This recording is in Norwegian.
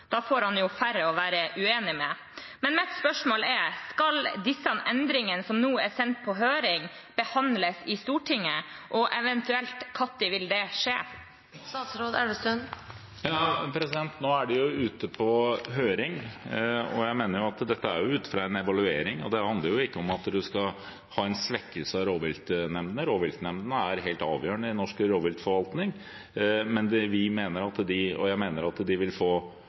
Da får han jo færre å være uenig med. Men mitt spørsmål er: Skal disse endringene som nå er sendt på høring, behandles i Stortinget, og når vil det eventuelt skje? Nå er det jo ute på høring. Dette er ut fra en evaluering, og det handler ikke om at en skal få en svekkelse av rovviltnemndene. Rovviltnemndene er helt avgjørende i norsk rovdyrforvaltning. Jeg mener at de vil bli mer effektive ved at de kan få se på større områder samtidig, at de kan se på bestander også utover rovviltnemndenes ansvarsområder. Dette vil